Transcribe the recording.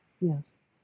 Yes